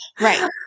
Right